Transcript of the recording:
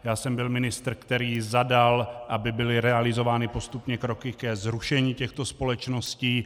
Já jsem byl ministr, který jí zadal, aby byly realizovány postupně kroky ke zrušení těchto společností.